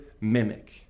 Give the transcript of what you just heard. mimic